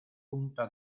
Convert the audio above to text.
punta